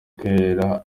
kwera